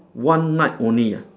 one night only ah